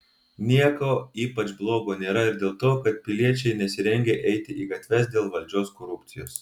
nieko ypač blogo nėra ir dėl to kad piliečiai nesirengia eiti į gatves dėl valdžios korupcijos